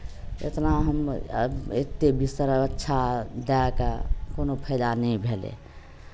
एतना हम एतेक बिसरब अच्छा दए कऽ कोनो फायदा नहि भेलै